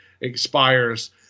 expires